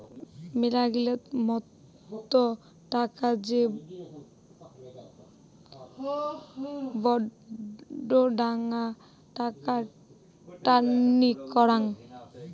মেলাগিলা মত টাকা যে বডঙ্না টাকা টননি করাং